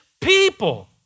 people